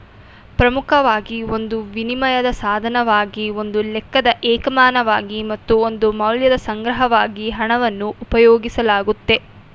ಪ್ರಮುಖವಾಗಿ ಒಂದು ವಿನಿಮಯದ ಸಾಧನವಾಗಿ ಒಂದು ಲೆಕ್ಕದ ಏಕಮಾನವಾಗಿ ಮತ್ತು ಒಂದು ಮೌಲ್ಯದ ಸಂಗ್ರಹವಾಗಿ ಹಣವನ್ನು ಉಪಯೋಗಿಸಲಾಗುತ್ತೆ